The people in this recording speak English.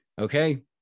Okay